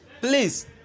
please